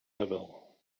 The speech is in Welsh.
lefel